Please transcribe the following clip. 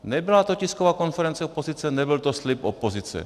Nebyla to tisková konference opozice, nebyl to slib opozice.